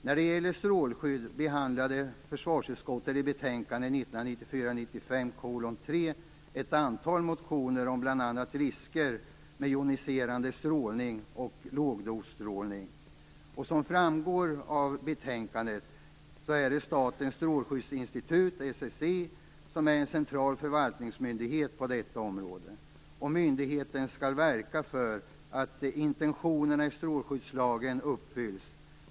När det gäller strålskydd behandlade försvarsutskottet i betänkande 1994/95:3 ett antal motioner om bl.a. risker med joniserande strålning och lågdosstrålning. Som framgår av betänkandet är Statens strålskyddsinstitut, SSI, central förvaltningsmyndighet på detta område. Myndigheten skall verka för att intentionerna i strålskyddslagen uppfylls.